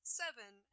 seven